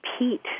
repeat